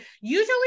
usually